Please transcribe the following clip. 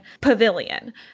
pavilion